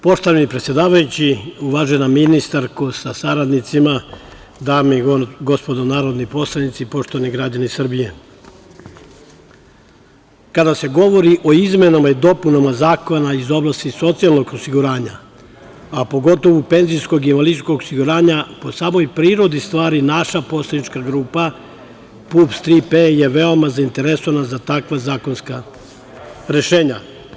Poštovani predsedavajući, uvažena ministarka sa saradnicima, dame i gospodo narodni poslanici, poštovani građani Srbije, kada se govori o izmenama i dopunama Zakona iz oblasti socijalnog osiguranja, a pogotovo penzijsko i invalidskog osiguranja, po samoj prirodi stvari, naša poslanička grupa PUPS „Tri P“ je veoma zainteresovana za takva rešenja.